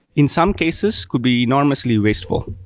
in some cases could be enormously wasteful,